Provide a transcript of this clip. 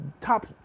top